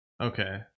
Okay